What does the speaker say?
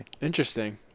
Interesting